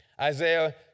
Isaiah